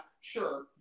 sure